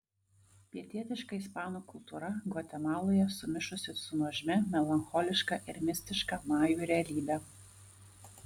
pietietiška ispanų kultūra gvatemaloje sumišusi su nuožmia melancholiška ir mistiška majų realybe